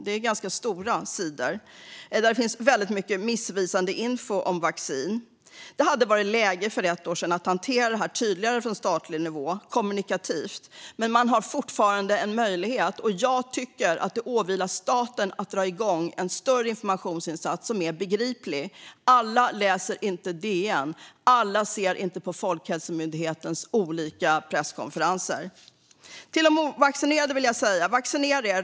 Det är ganska stora sidor där det finns väldigt mycket missvisande info om vaccin. Det hade varit läge att för ett år sedan hantera detta tydligare kommunikativt på statlig nivå. Men man har fortfarande en möjlighet, och jag tycker att det åvilar staten att dra igång en större insats med information som är begriplig. Alla läser inte DN, och alla ser inte på Folkhälsomyndighetens olika presskonferenser. Till de ovaccinerade vill jag säga: Vaccinera er!